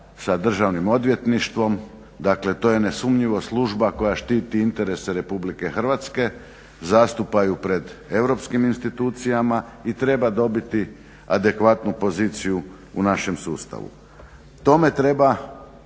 sa Državnim odvjetništvom, dakle to je nesumnjivo služba koja šiti interese RH, zastupa ju pred Europskim institucijama i treba dobiti adekvatnu poziciju u našem sustavu. Tome treba